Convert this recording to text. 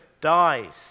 dies